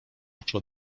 oczy